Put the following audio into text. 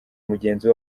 mugenzi